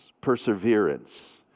perseverance